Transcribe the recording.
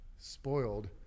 spoiled